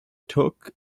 took